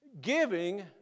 Giving